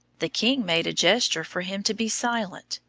the king made a gesture for him to be silent.